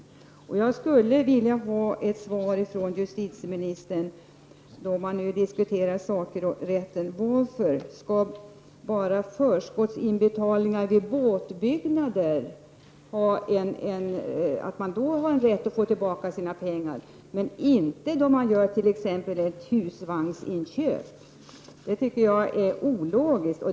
Då vi nu diskuterar sakrätten skulle jag vilja ha ett svar från justitieministern på frågan, varför man vid förskottsinbetalning har rätt att få tillbaka sina pengar bara när det är fråga om båtbyggnad men inte när det är fråga om t.ex. ett husvagnsinköp. Det tycker jag är ologiskt.